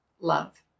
love